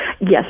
Yes